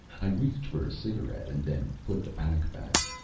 i reached for a cigarette, and then put the pack back.